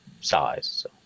size